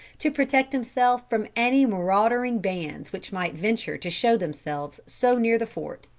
to protect himself from any marauding bands which might venture to show themselves so near the fort.